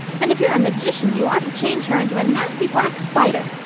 then if you are a magician you ought to change her into a nasty black spidah,